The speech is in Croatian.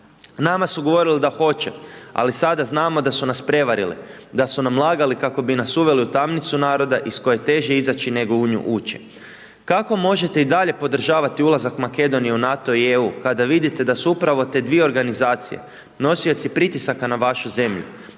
Nama su govorili da hoće ali sada znamo da su nas prevarili, da su nam lagali kako bi nas uveli u tamnicu naroda iz koje je teže izaći nego u nju ući. Kako možete i dalje podržavati ulazak Makedonije u NATO i EU kada vidite da su upravo te dvije organizacije nosioci pritisaka na vašu zemlju,